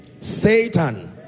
satan